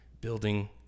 building